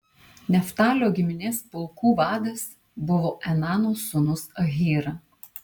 neftalio giminės pulkų vadas buvo enano sūnus ahyra